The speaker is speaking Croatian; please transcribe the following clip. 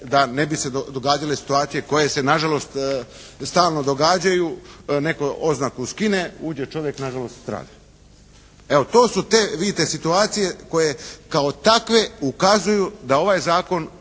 da ne bi se događale situacije koje se nažalost stalno događaju. Netko oznaku skine. Uđe čovjek … /Govornik se ne razumije./ … Evo to su te vidite situacije koje kao takve ukazuju da ovaj zakon